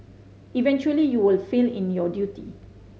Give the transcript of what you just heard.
eventually you will fail in your duty